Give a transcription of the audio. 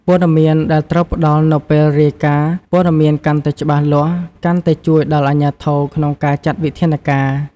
ព័ត៌មានដែលត្រូវផ្ដល់នៅពេលរាយការណ៍ ព័ត៌មានកាន់តែច្បាស់លាស់ កាន់តែជួយដល់អាជ្ញាធរក្នុងការចាត់វិធានការ។